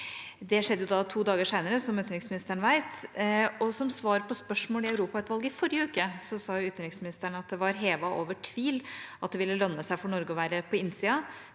Det skjedde da to dager senere, som utenriksministeren vet. Som svar på et spørsmål i Europautvalget i forrige uke sa utenriksministeren at det var «… hevet over tvil – at det vil lønne seg for Norge å være på innsiden.»